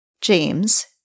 James